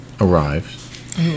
arrives